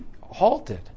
halted